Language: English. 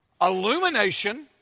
illumination